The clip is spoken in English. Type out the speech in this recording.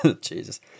Jesus